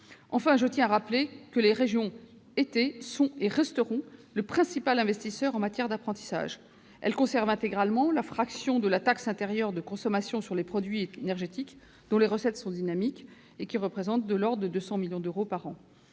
Enfin, je tiens à rappeler que les régions sont et resteront le principal investisseur en matière d'apprentissage. Elles conservent intégralement la fraction de la taxe intérieure de consommation sur les produits énergétiques, dont les recettes, dynamiques, représentent environ 200 millions d'euros par an.